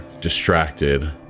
distracted